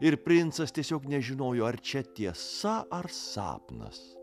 ir princas tiesiog nežinojo ar čia tiesa ar sapnas